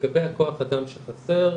לגבי כוח האדם שחסר,